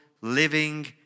living